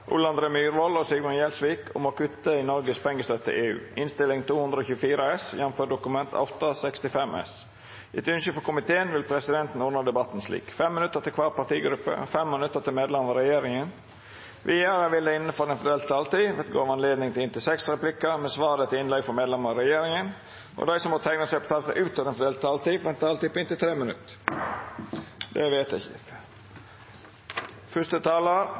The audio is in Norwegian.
vil presidenten ordna debatten slik: 5 minutt til kvar partigruppe og 5 minutt til medlemer av regjeringa. Vidare vil det – innanfor den fordelte taletida – verta gjeve anledning til inntil seks replikkar med svar etter innlegg frå medlemer av regjeringa, og dei som måtte teikna seg på talarlista utover den fordelte taletida, får ei taletid på inntil 3 minutt. – Michael Tetzschner, som er